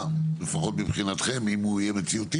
לפחות מבחינתכם אם הוא יהיה מציאות,